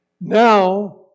Now